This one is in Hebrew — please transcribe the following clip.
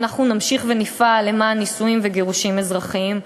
ואנחנו נמשיך ונפעל למען נישואים וגירושים אזרחיים.